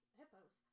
hippos